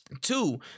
Two